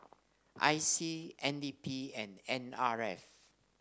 I C N D P and N R F